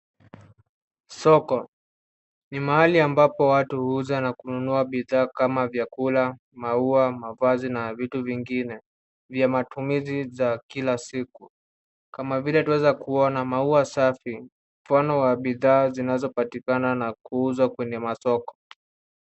Soko ni mahali ambapo watu huuza na kunua bidhaa kama vyakula, maua, mavazi na vitu vingine vya matumizi za kila siku. Kama vile tunaweza kuona maua safi, mfano wa bidhaa zinazopatikana na kuuzwa kwenye masoko.